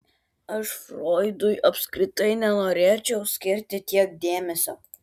aš froidui apskritai nenorėčiau skirti tiek dėmesio